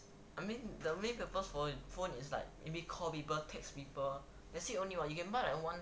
I mean the main purpose for phone is like maybe call people text people that's it only [what] you can buy like one